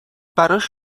براش